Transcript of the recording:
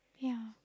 ya